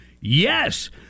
yes